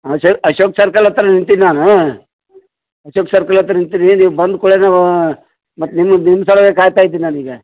ಅಶೊ Ashok circle ಹತ್ರ ನಿಂತೀನಿ ನಾನು ಅಶೋಕ್ ಸರ್ಕಲ್ ಹತ್ರ ನಿಂತೀನಿ ನೀವು ಬಂದ ಕುಳೆ ನಾವು ಮತ್ತು ನಿಮ್ಮದು ನಿಮ್ಮ ಸಲುವಾಗಿ ಕಾಯ್ತಾ ಇದ್ದೀನಿ ನಾನು ಈಗ